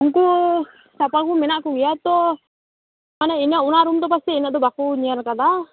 ᱩᱱᱠᱩ ᱥᱟᱯᱟ ᱦᱚᱲ ᱢᱮᱱᱟᱜ ᱠᱚᱜᱮᱭᱟ ᱛᱚ ᱢᱟᱱᱮ ᱤᱱᱟᱹ ᱚᱱᱟ ᱨᱩᱢ ᱫᱚ ᱯᱟᱥᱮᱡ ᱤᱱᱟᱹ ᱫᱚ ᱵᱟᱠᱚ ᱧᱮᱞ ᱟᱠᱟᱫᱟ